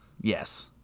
Yes